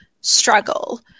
struggle